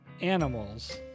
animals